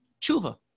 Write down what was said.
tshuva